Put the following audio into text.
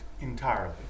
entirely